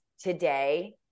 today